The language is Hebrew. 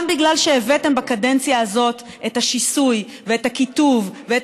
גם בגלל שהבאתם בקדנציה הזאת את השיסוי ואת הקיטוב ואת